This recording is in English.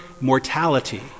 mortality